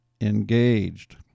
engaged